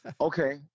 okay